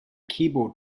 keyboard